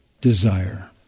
desire